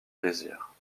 plaisirs